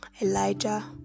elijah